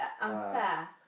Unfair